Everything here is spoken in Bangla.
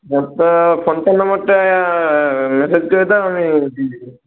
ফোনপে নম্বরটায় মেসেজ করে দাও আমি দিয়ে দিব